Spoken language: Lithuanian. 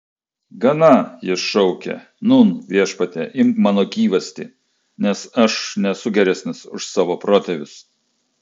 gana jis šaukė nūn viešpatie imk mano gyvastį nes aš nesu geresnis už savo protėvius